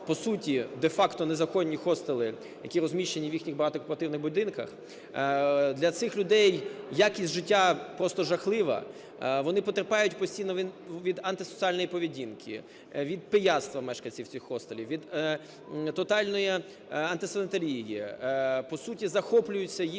По суті, де-факто незаконні хостели, які розміщені в їхніх багатоквартирних будинках, для цих людей якість життя просто жахлива: вони потерпають постійно від антисоціальної поведінки, від пияцтва мешканців цих хостелів, від тотальної антисанітарії. По суті, захоплюються їхні…